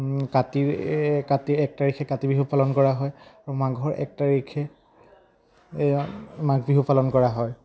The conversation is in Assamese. কাতি কাতি এক তাৰিখে কাতি বিহু পালন কৰা হয় আৰু মাঘৰ এক তাৰিখে মাঘ বিহু পালন কৰা হয়